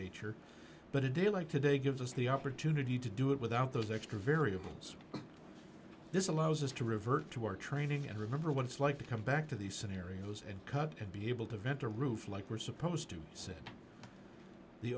nature but a day like today gives us the opportunity to do it without those extra variables this allows us to revert to our training and remember what it's like to come back to these scenarios and cut and be able to vent a roof like we're supposed to sit the